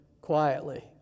quietly